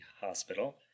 hospital